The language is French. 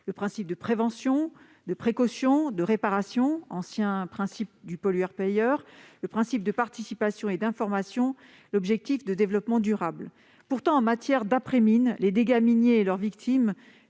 du principe de précaution, du principe de réparation- ancien principe du pollueur-payeur -, du principe d'information et de participation ou encore de l'objectif de développement durable. Pourtant, en matière d'après-mine, les dégâts miniers et leurs victimes